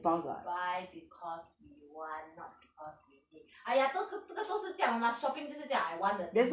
we buy because we want not because we need !aiya! 都是这个都是这样嘛 shopping 就是这样 I want the thing